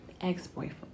ex-boyfriend